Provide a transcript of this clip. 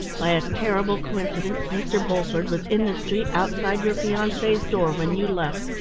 by a terrible coincidence, mr. bulford was in the street outside your fiancee's door when you left,